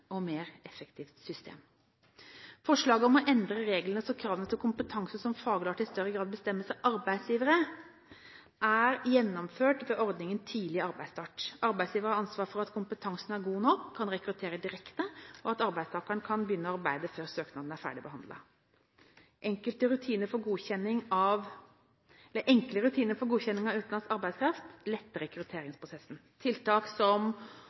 og mer effektivt system. Forslaget om å endre reglene, slik at kravene til kompetanse som faglært i større grad bestemmes av arbeidsgivere, er gjennomført ved ordningen «tidlig arbeidsstart». Arbeidsgiver har ansvar for at kompetansen er god nok, han rekrutterer direkte, og arbeidstaker kan begynne å arbeide før søknaden er ferdig behandlet. Enkle rutiner for godkjenning av utenlandsk arbeidskraft letter rekrutteringsprosessen. Tiltak som